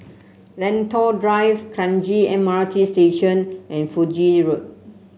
Lentor Drive Kranji M R T Station and Fiji Road